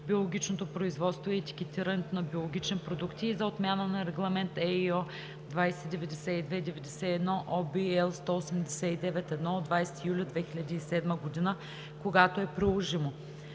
биологичното производство и етикетирането на биологични продукти и за отмяна на Регламент (ЕИО) № 2092/91 (OB, L 189/1 от 20 юли 2007 г.) – когато е приложимо.